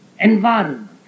environment